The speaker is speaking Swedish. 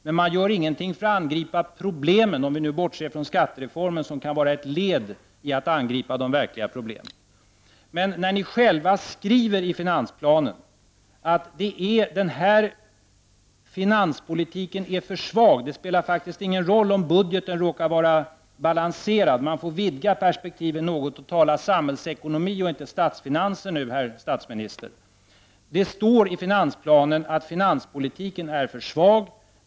Men man gör inget för att angripa problemen — om vi bortser från skattereformen som kan vara ett led i att angripa de verkliga problemen. Ni skriver själva i finansplanen att den här finanspolitiken är för svag. Det spelar faktiskt ingen roll om budgeten råkar vara balanserad. Man får vidga perspektiven något och nu tala samhällsekonomi och icke bara statsfinanser, herr statsminister. Det står således i finansplanen att finanspolitiken är för svag.